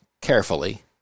carefully